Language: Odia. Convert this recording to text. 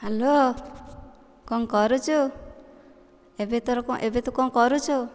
ହ୍ୟାଲୋ କ'ଣ କରୁଛୁ ଏବେ ତୋର ଏବେ ତୁ କ'ଣ କରୁଛୁ